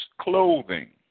clothing